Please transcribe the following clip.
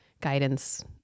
guidance